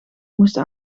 moesten